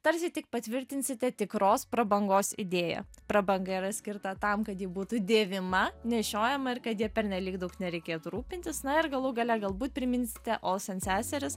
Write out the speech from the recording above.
tarsi tik patvirtinsite tikros prabangos idėją prabanga yra skirta tam kad ji būtų dėvima nešiojama ir kad ja pernelyg daug nereikėtų rūpintis na ir galų gale galbūt priminsite olsen seseris